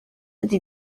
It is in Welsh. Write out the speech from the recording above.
ydy